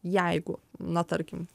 jeigu na tarkim